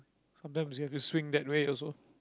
sometimes you have to swing that way also